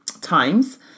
times